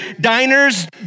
diners